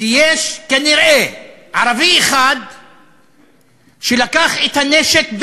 כי יש כנראה ערבי אחד שלקח את הנשק,